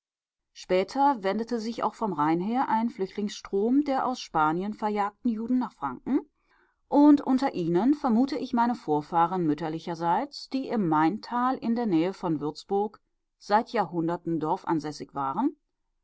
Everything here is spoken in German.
später wendete sich auch vom rhein her ein flüchtlingsstrom der aus spanien verjagten juden nach franken und unter ihnen vermute ich meine vorfahren mütterlicherseits die im maintal in der nähe von würzburg seit jahrhunderten dorfansässig waren